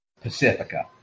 Pacifica